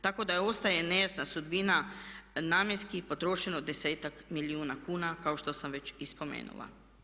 Tako da ostaje nejasna sudbina namjenski potrošeno 10-ak milijuna kuna kao što sam već i spomenula.